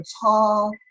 tall